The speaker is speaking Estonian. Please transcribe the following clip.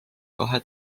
kahe